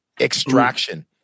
extraction